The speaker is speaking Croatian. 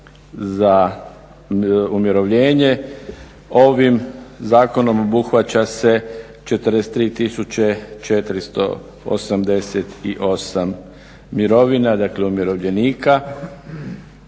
za umirovljenje, ovim zakonom obuhvaća se 43 488 mirovina, dakle umirovljenika.